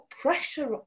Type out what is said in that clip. pressure